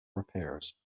repairs